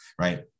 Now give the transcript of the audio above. right